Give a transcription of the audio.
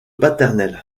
paternel